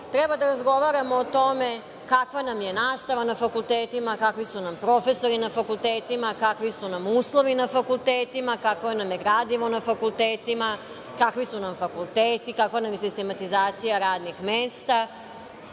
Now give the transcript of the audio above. Treba da razgovaramo o tome kakva nam je nastava na fakultetima, kakvi su nam profesori na fakultetima, kakvi su nam uslovi na fakultetima, kakvo nam je gradivo na fakultetima, kakvi su nam fakulteti, kakva nam je sistematizacija radnih mesta. Treba